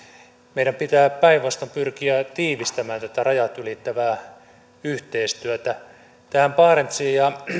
meidän pitää päinvastoin pyrkiä tiivistämään tätä rajat ylittävää yhteistyötä tähän barentsiin ja